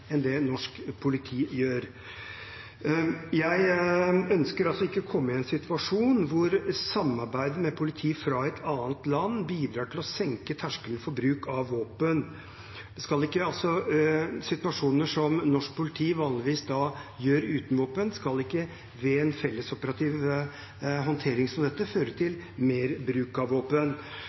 enn det norsk politi gjør. Jeg ønsker ikke å komme i en situasjon der samarbeid med politi fra et annet land bidrar til å senke terskelen for bruk av våpen. Situasjoner som norsk politi vanligvis håndterer uten våpen, skal ikke ved en fellesoperativ håndtering som dette føre til mer bruk av